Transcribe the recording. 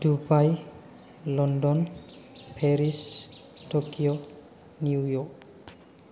Dubai London Paris Tokyo ' New York